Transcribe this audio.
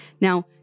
Now